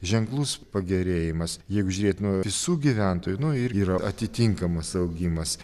ženklus pagerėjimas jeigu žiūrėt nuo visų gyventojų nu irgi yra atitinkamas augimas